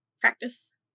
practice